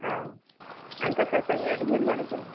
ಹ್ಞೂ ಅಂತ ಸ್ವಲ್ಪ ಹೇಳಿ ಎಲ್ಲರಿಗೂನು